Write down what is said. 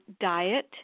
diet